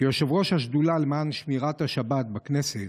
כיושב-ראש השדולה למען שמירת השבת בכנסת,